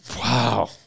Wow